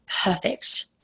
perfect